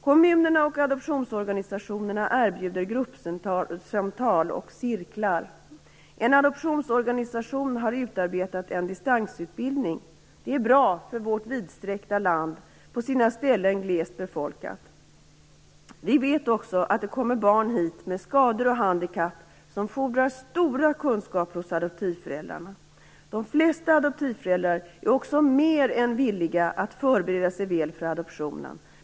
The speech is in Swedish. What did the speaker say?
Kommunerna och adoptionsorganisationerna erbjuder gruppsamtal och cirklar. En adoptionsorganisation har utarbetat en distansutbildning - det är bra för vårt vidsträckta land, som på sina ställen är glest befolkat. Vi vet också att det kommer barn hit med skador och handikapp som fordrar stora kunskaper hos adoptivföräldrarna. De flesta adoptivföräldrar är också mer än villiga att förbereda sig väl för adoptionen.